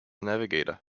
navigator